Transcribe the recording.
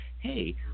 hey